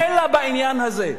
אלא בעניין הזה,